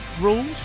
Rules